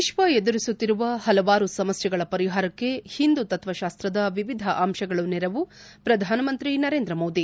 ವಿಶ್ವ ಎದುರಿಸುತ್ತಿರುವ ಹಲವಾರು ಸಮಸ್ಥೆಗಳ ಪರಿಹಾರಕ್ಷೆ ಒಂದು ತತ್ವಶಾಸ್ತದ ವಿವಿಧ ಅಂಶಗಳು ನೆರವು ಪ್ರಧಾನಮಂತ್ರಿ ನರೇಂದ್ರ ಮೋದಿ